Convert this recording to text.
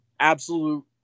absolute